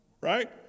Right